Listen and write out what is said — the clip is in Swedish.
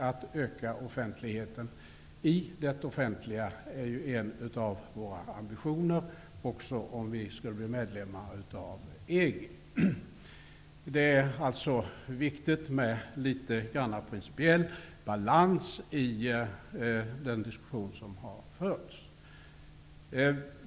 Att öka offentligheten i det offentliga är en av våra ambitioner, också om vi blir medlemmar i EG. Det är alltså viktigt med principiell balans i den diskussion som har förts.